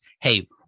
Hey